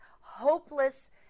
hopeless